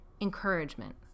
encouragement